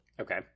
Okay